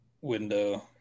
window